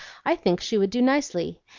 i think she would do nicely.